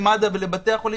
מד"א ובתי חולים.